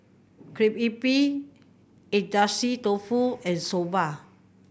Crepe Agedashi Dofu and Soba